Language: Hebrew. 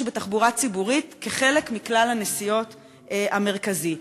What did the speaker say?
בתחבורה הציבורית כחלק מכלל הנסיעות המרכזי.